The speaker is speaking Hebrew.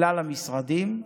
כלל המשרדים,